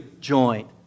joint